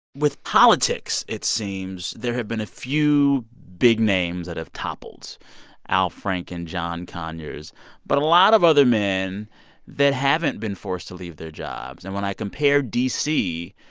with politics, it seems, there have been a few big names that have toppled al franken, john conyers but a lot of other men that haven't been forced to leave their jobs. and when i compare d c.